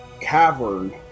cavern